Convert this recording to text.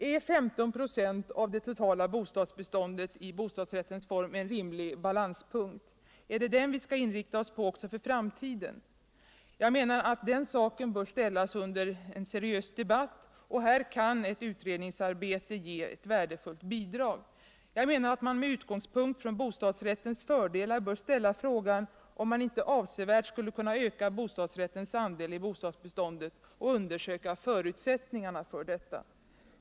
Är 13 96 av det totala bostadsbeståndet i bostadsrättens form en rimlig balanspunkt? Är det den vi skall inrikta oss på också för framtiden? Jag menar att den saken bör ställas under en seriös debatt. Här kan ett utredningsarbete ge eu värdefullt bidrag. Jag menar att man med utgångspunkt från bostadsrättens fördelar bör ställa frågan om man inte avsevärt skulle kunna öka bostadsrättens andel i bostadsbeståndet och undersöka förutsättningarna för detta.